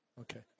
Okay